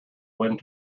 wind